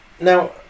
Now